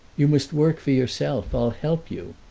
you must work for yourself i'll help you.